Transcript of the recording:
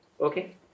Okay